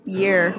year